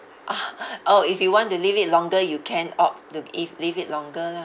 orh if you want to leave it longer you can opt to eave~ leave it longer lah